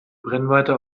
brennweite